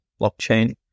blockchain